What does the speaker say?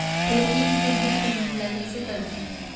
Paytm के bill payment ल कइसे करथे?